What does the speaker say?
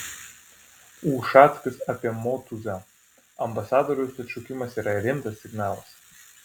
ušackas apie motuzą ambasadoriaus atšaukimas yra rimtas signalas